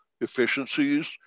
efficiencies